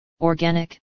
organic